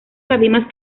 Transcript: cabimas